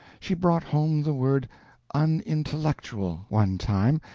she brought home the word unintellectual, one time,